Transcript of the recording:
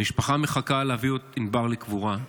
המשפחה מחכה להביא את ענבר לקבורה,